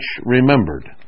remembered